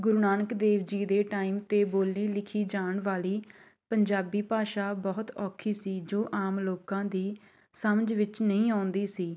ਗੁਰੂ ਨਾਨਕ ਦੇਵ ਜੀ ਦੇ ਟਾਈਮ 'ਤੇ ਬੋਲੀ ਲਿਖੀ ਜਾਣ ਵਾਲੀ ਪੰਜਾਬੀ ਭਾਸ਼ਾ ਬਹੁਤ ਔਖੀ ਸੀ ਜੋ ਆਮ ਲੋਕਾਂ ਦੀ ਸਮਝ ਵਿੱਚ ਨਹੀਂ ਆਉਂਦੀ ਸੀ